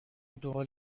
دنبال